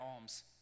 alms